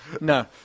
No